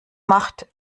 macht